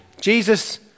Jesus